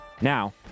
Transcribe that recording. Now